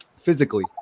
physically